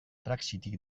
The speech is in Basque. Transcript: praxitik